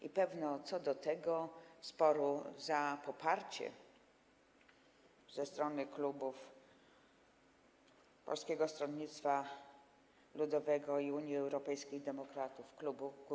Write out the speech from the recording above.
I pewno co do tego sporu za poparcie ze strony klubów: Polskiego Stronnictwa Ludowego - Unii Europejskich Demokratów, Kukiz’15.